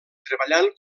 treballant